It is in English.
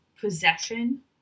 possession